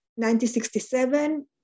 1967